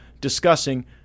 discussing